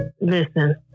listen